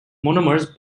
monomers